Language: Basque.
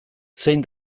zein